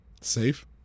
Safe